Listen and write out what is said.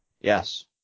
Yes